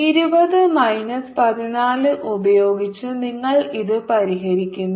ഇരുപത് മൈനസ് പതിനാല് ഉപയോഗിച്ച് നിങ്ങൾ ഇത് പരിഹരിക്കുന്നു